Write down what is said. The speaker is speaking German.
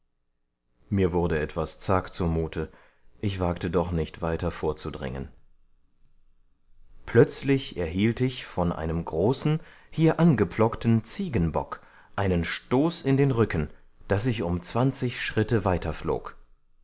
mir wurde etwas zag zumute ich wagte doch nicht weiter vorzudringen plötzlich erhielt ich von einem großen hier angepflockten ziegenbock einen stoß in den rücken daß ich um zwanzig schritte weiter flog